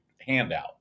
handout